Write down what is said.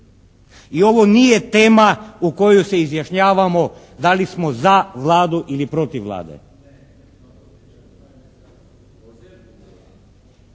I ovo nije tema o kojoj se izjašnjavamo da li smo za Vladu ili protiv Vlade?